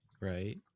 right